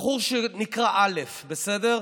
בחור שנקרא א', בסדר?